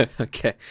Okay